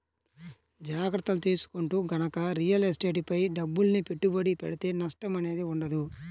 జాగర్తలు తీసుకుంటూ గనక రియల్ ఎస్టేట్ పై డబ్బుల్ని పెట్టుబడి పెడితే నష్టం అనేది ఉండదు